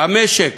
המשק,